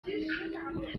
two